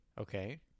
Okay